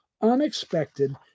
unexpected